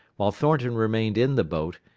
while thornton remained in the boat,